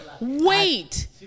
wait